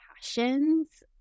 passions